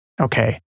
Okay